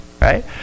right